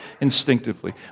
instinctively